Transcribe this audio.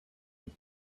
lui